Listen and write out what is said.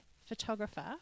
photographer